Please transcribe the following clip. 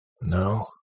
No